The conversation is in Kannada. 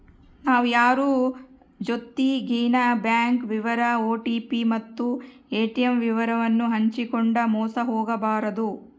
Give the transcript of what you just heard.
ನಾವು ಯಾರ್ ಜೊತಿಗೆನ ಬ್ಯಾಂಕ್ ವಿವರ ಓ.ಟಿ.ಪಿ ಮತ್ತು ಏ.ಟಿ.ಮ್ ವಿವರವನ್ನು ಹಂಚಿಕಂಡು ಮೋಸ ಹೋಗಬಾರದು